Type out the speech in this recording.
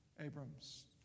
Abram's